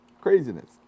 craziness